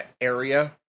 area